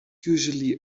usually